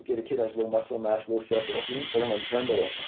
kid kid has low muscle mass, low self esteem, put him on trenbolone